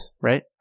Right